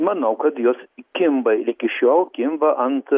manau kad jos kimba ir iki šiol kimba ant